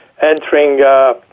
entering